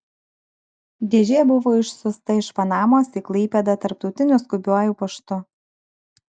dėžė buvo išsiųsta iš panamos į klaipėdą tarptautiniu skubiuoju paštu